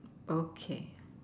okay